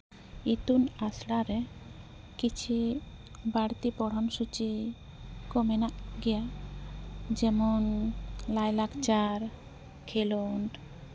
ᱤᱛᱩᱱ ᱟᱥᱲᱟ ᱨᱮ ᱠᱤᱪᱷᱤ ᱵᱟ ᱲᱛᱤ ᱯᱚᱲᱦᱚᱱ ᱥᱩᱪᱤ ᱠᱚ ᱢᱮᱱᱟᱜ ᱜᱮᱭᱟ ᱡᱮᱢᱚᱱ ᱞᱟᱭᱼᱞᱟᱠᱪᱟᱨ ᱠᱷᱮᱞᱳᱰ